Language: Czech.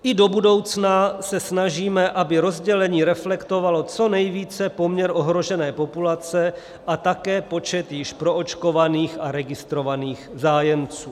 I do budoucna se snažíme, aby rozdělení reflektovalo co nejvíce poměr ohrožené populace a také počet již proočkovaných a registrovaných zájemců.